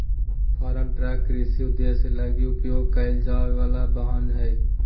farm truck कृषि उद्देश्यों लगी उपयोग कईल जाय वला वाहन हइ